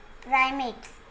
Primates